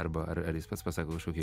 arba ar ar jis pats pasako kažkokį